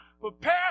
prepare